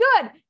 good